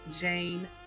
Jane